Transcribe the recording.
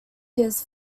his